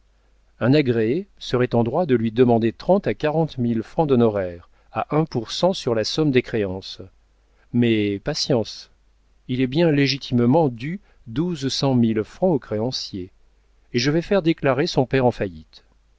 un agréé serait en droit de lui demander trente à quarante mille francs d'honoraires à un pour cent sur la somme des créances mais patience il est bien légitimement dû douze cent mille francs aux créanciers et je vais faire déclarer son père en faillite